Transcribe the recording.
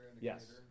Yes